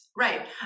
Right